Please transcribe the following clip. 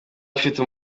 afite